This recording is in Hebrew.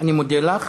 אני מודה לך.